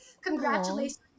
congratulations